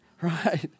right